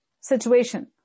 situation